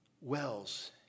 Wells